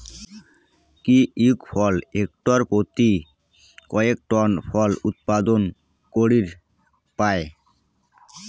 kiwi ফল hectare পত্যি কয়েক টন ফল উৎপাদন করির পায়